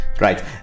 Right